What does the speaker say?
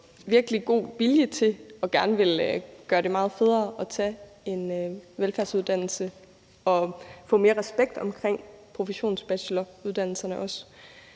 virkelig god vilje til gerne at ville gøre det meget federe at tage en velfærdsuddannelse og også få mere respekt omkring professionsbacheloruddannelserne.